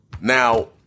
Now